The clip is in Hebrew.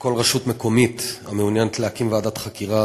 כל רשות מקומית המעוניינת להקים ועדת חקירה